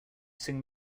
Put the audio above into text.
sing